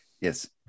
yes